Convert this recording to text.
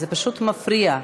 זה פשוט מפריע.